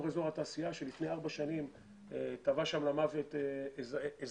התעשייה שלפני ארבע שנים טבע שם למוות אזרח,